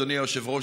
אדוני היושב-ראש,